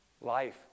life